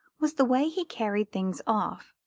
was the way he carried things off.